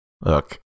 Look